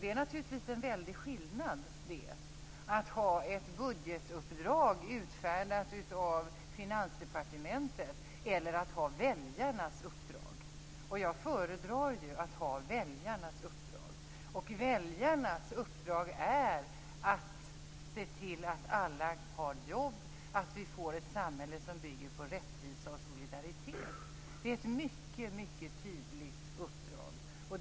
Det är naturligtvis en väldig skillnad mellan att ha ett budgetuppdrag, utfärdat av Finansdepartementet, och att ha väljarnas uppdrag. Jag föredrar att ha väljarnas uppdrag. Väljarnas uppdrag innebär att vi skall se till att alla har jobb och att vi får ett samhälle som bygger på rättvisa och solidaritet. Det är ett mycket tydligt uppdrag.